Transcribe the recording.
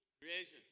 Creation